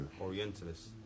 Orientalists